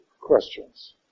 questions